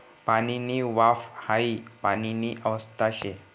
पाणीनी वाफ हाई पाणीनी अवस्था शे